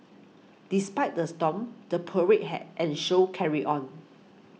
despite the storm the parade had and show carried on